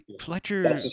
Fletcher